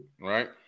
right